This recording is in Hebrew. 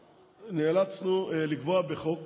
היו בעיות גדולות מאוד בתחום